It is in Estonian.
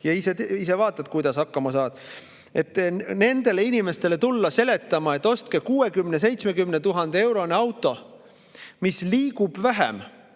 ja ise vaatad, kuidas hakkama saad. Nendele inimestele tulla seletama, et ostke 60 000 või 70 000 euro eest auto, mis liigub vähem,